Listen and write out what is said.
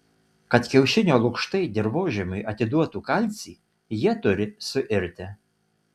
kad kiaušinio lukštai dirvožemiui atiduotų kalcį jie turi suirti